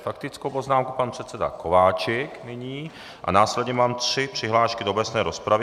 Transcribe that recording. Faktickou poznámku nyní pan předseda Kováčik a následně mám tři přihlášky do obecné rozpravy.